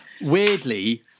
weirdly